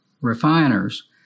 refiners